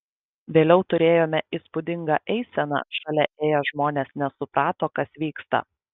vėliau turėjome įspūdingą eiseną šalia ėję žmonės nesuprato kas vyksta